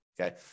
Okay